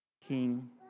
King